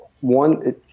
one